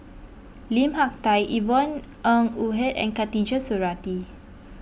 Lim Hak Tai Yvonne Ng Uhde and Khatijah Surattee